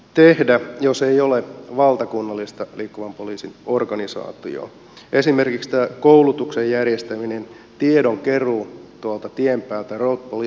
tehdä jos ei ole valtakunnallista liikkuvan poliisin organisaatio esimerkiks tää koulutuksen järjestäminen tiedonkeruu tuolta tien päältä erottui